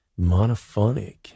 monophonic